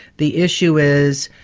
the issue is,